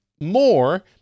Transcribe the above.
more